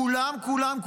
כולם,